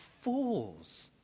fools